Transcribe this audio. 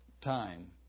time